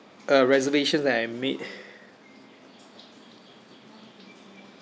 a reservations that I made